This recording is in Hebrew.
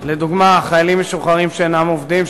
לדוגמה חיילים משוחררים שאינם עובדים,